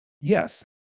Yes